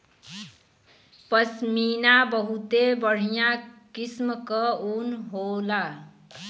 पश्मीना बहुते बढ़िया किसम क ऊन होला